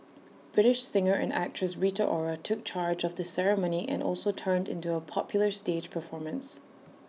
British singer and actress Rita Ora took charge of the ceremony and also turned in A popular stage performance